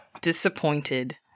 Disappointed